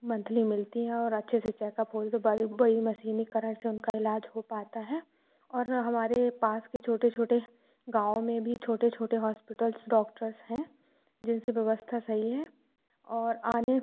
monthly मिलती हैं और अच्छे से चेकअप होने के बाद ही बड़ी मशीनीकरण से उनका इलाज हो पाता है और हमारे पास के छोटे छोटे गाँव में भी छोटे छोटे हॉस्पिटल्स डॉक्टर्स हैं जिन से व्यवस्था सही है और आने